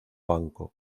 banco